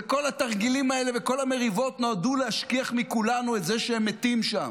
וכל התרגילים האלה וכל המריבות נועדו להשכיח מכולנו את זה שהם מתים שם,